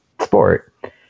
sport